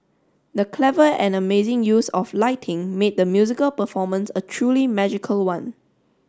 the clever and amazing use of lighting made the musical performance a truly magical one